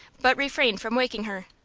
but refrained from waking her.